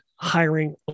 hiring